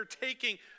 taking